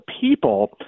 people